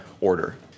order